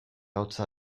hotza